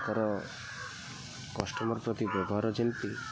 ତାଙ୍କର କଷ୍ଟମର୍ ପ୍ରତି ବ୍ୟବହାର ଯେମିତି